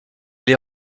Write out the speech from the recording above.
les